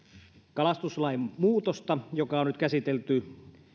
kalastuslain muutosta joka on nyt käsitelty